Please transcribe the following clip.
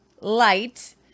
light